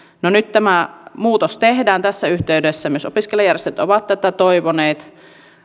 no nyt tämä muutos tehdään tässä yhteydessä myös opiskelijajärjestöt ovat toivoneet